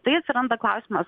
tai atsiranda klausimas